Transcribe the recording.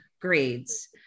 grades